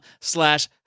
slash